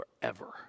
forever